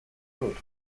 dut